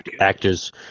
Actors